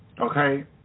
okay